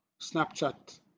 snapchat